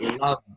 love